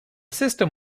system